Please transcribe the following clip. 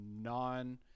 non